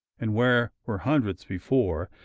and where were hundreds before,